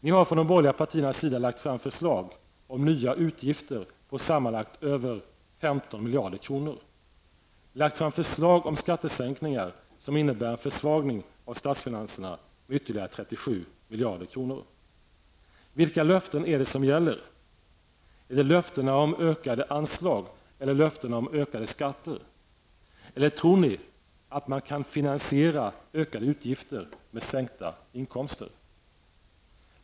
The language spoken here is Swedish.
Ni har från de borgerliga partiernas sida lagt fram förslag på nya utgifter på sammanlagt över 15 miljarder kronor. Ni har lagt fram förslag om skattesänkningar, som innebär en försvagning av statsfinanserna med ytterligare 37 miljarder kronor. Vilka löften är det som gäller? Är det löftena om ökade anslag eller löftena om sänkta skatter? Eller tror ni att man kan finansiera ökade utgifter med sänkta inkomster?